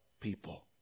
people